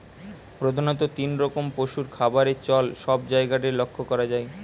প্রধাণত তিন রকম পশুর খাবারের চল সব জায়গারে লক্ষ করা যায়